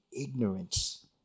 ignorance